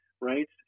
right